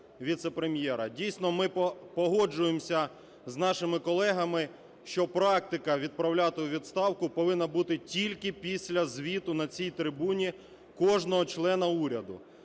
Дійсно, ми погоджуємося з нашими колегами, що практика відправляти у відставку повинна бути тільки після звіту на цій трибуні кожного члена уряду.